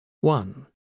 One